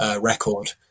record